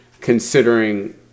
considering